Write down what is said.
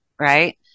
right